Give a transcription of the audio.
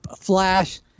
flash